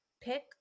Pick